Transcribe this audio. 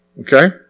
Okay